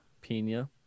Pina